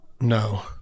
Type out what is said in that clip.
No